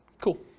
Cool